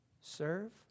serve